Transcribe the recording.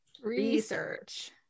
Research